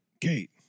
Kate